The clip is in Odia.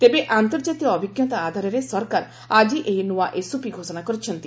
ତେବେ ଆନ୍ତର୍ଜାତୀୟ ଅଭିଜ୍ଞତା ଆଧାରରେ ସରକାର ଆକି ଏହି ନୂଆ ଏସ୍ଓପି ଘୋଷଣା କରିଛନ୍ତି